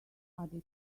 other